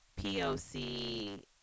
POC